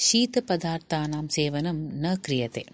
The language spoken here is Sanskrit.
शीतपदार्थानां सेवनं न क्रियते